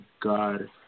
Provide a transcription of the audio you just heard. God